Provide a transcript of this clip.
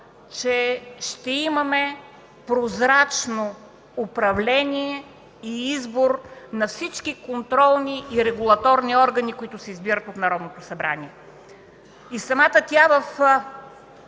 че ще имаме прозрачно управление и избор на всички контролни и регулаторни органи, които се избират от Народното събрание. И самата тя в